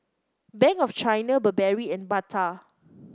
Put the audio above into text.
Bank of China Burberry and Bata